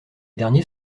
derniers